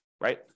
right